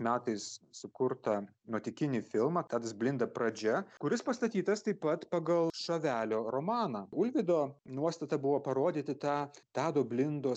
metais sukurtą nuotykinį filmą tadas blinda pradžia kuris pastatytas taip pat pagal šavelio romaną ulvydo nuostata buvo parodyti tą tado blindos